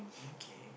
okay